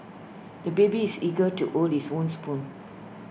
the baby is eager to hold his own spoon